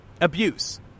abuse